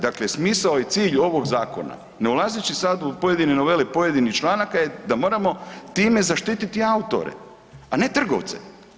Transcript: Dakle, smisao i cilj ovog zakona ne ulazeći sad u pojedine novele pojedinih članaka je da moramo time zaštiti autore, a ne trgovce.